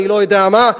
אני לא יודע מה,